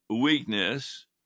weakness